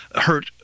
hurt